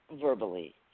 verbally